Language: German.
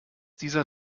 dieser